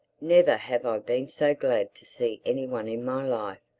never have i been so glad to see any one in my life.